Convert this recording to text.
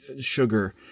sugar